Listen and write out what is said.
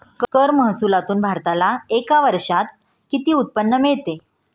कर महसुलातून भारताला एका वर्षात किती उत्पन्न मिळते?